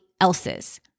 else's